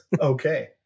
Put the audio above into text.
Okay